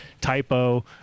typo